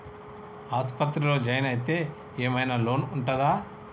ఆస్పత్రి లో జాయిన్ అయితే ఏం ఐనా లోన్ ఉంటదా?